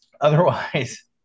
Otherwise